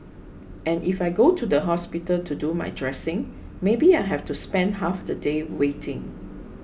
and if I go to the hospital to do my dressing maybe I have to spend half the day waiting